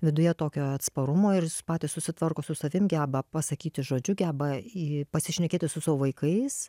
viduje tokio atsparumo ir patys susitvarko su savim geba pasakyti žodžiu geba į pasišnekėti su savo vaikais